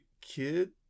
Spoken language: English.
kid